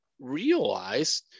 realize